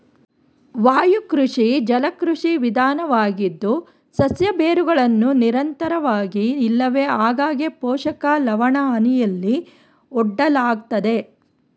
ವಾಯುಕೃಷಿ ಜಲಕೃಷಿ ವಿಧಾನವಾಗಿದ್ದು ಸಸ್ಯ ಬೇರುಗಳನ್ನು ನಿರಂತರವಾಗಿ ಇಲ್ಲವೆ ಆಗಾಗ್ಗೆ ಪೋಷಕ ಲವಣಹನಿಯಲ್ಲಿ ಒಡ್ಡಲಾಗ್ತದೆ